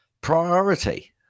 priority